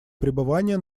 пребывания